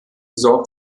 sorgt